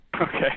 Okay